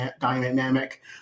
dynamic